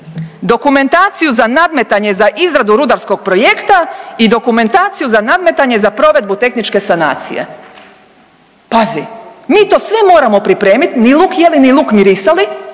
dokumentaciju za nadmetanje za izradu rudarskog projekta i dokumentaciju za nadmetanje za provedbu tehničke sanacije, pazi mi to sve moramo pripremit, ni luk jeli, ni luk mirisali,